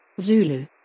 Zulu